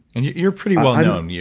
you're pretty well-known. um yeah